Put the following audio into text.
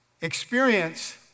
Experience